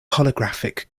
holographic